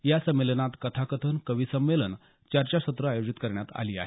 या संमेलनात कथाकथन कविसंमेलन चर्चा सत्रं आयोजित करण्यात आली आहेत